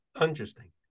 interesting